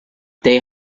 they